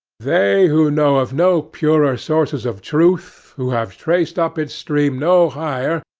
they who know of no purer sources of truth, who have traced up its stream no higher,